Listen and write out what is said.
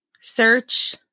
search